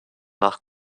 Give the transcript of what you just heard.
nach